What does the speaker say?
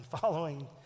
following